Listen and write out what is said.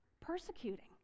persecuting